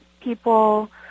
people